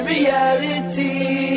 Reality